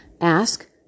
ask